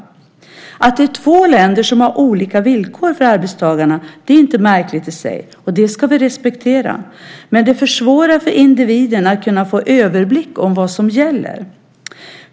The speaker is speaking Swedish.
Att det handlar om två länder som har olika villkor för arbetstagarna är inte märkligt i sig, och det ska vi respektera, men det försvårar för individen att kunna få överblick över vad som gäller.